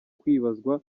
kwibazwa